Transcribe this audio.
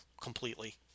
completely